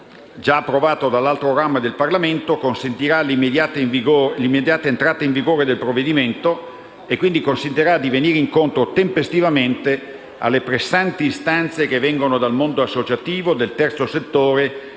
stesso testo già approvato dall'altro ramo del Parlamento consentirà l'immediata entrata in vigore del provvedimento e quindi consentirà di venire incontro tempestivamente alle pressanti istanze che vengono dal mondo associativo, dal terzo settore